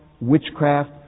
witchcraft